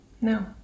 No